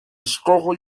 escojo